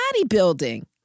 bodybuilding